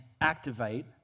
activate